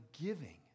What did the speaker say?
giving